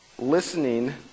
listening